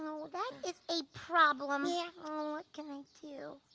that is a problem. yeah. what can we do?